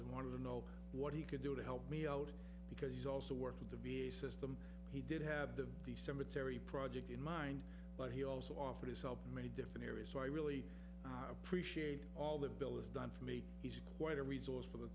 and wanted to know what he could do to help me out because he's also worked with the v a system he did have the the cemetery project in mind but he also offered his help many different areas so i really appreciate all the bill is done for me he's quite a resource for the